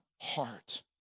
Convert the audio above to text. heart